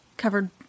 covered